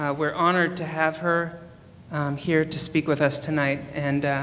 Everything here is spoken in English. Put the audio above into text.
ah we're honored to have her here to speak with us tonight and,